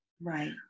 right